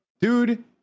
dude